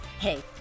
Hey